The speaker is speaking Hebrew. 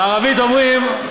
בערבית אומרים: